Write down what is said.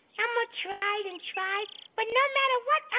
elmo tried and tried but no matter what